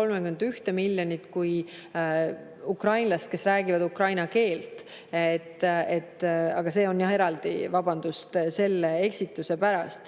sellega] ukrainlasi, kes räägivad ukraina keelt. Aga see on jah eraldi. Vabandust selle eksituse pärast!